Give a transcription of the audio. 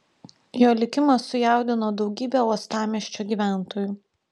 jo likimas sujaudino daugybę uostamiesčio gyventojų